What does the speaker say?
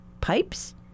pipes